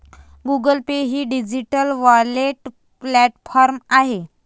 Google Pay हे digital wallet platform आहे